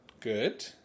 Good